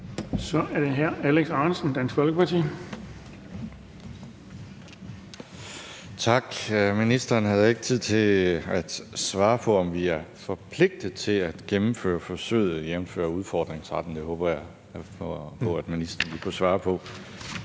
Kl. 12:53 Alex Ahrendtsen (DF): Tak. Ministeren havde ikke tid til at svare på, om vi er forpligtet til at gennemføre forsøget, jævnfør udfordringsretten. Det håber jeg at ministeren lige kan svare på.